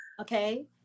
okay